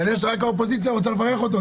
מעניין שרק האופוזיציה רוצה לברך אותו,